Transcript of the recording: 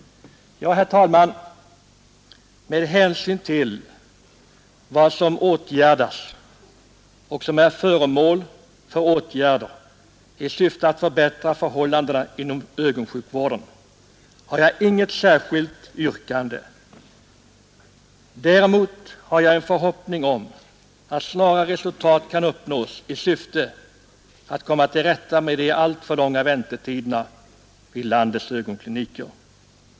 Herr talman! Med hänsyn till vad som åtgärdats och vad som är föremål för åtgärder i syfte att förbättra förhållandena inom ögonsjukvården har jag inget särskilt yrkande. Däremot har jag en förhoppning om att man kan uppnå snara resultat i syfte att komma till rätta med de alltför långa väntetiderna vid landets ögonkliniker.